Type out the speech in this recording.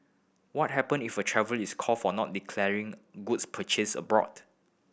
what happen if a traveller is caught for not declaring goods purchased abroad